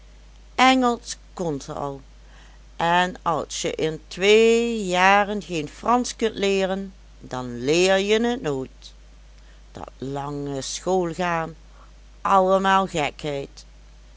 kon ze al en als je in twee jaren geen fransch kunt leeren dan leer je t nooit dat lange schoolgaan allemaal gekheid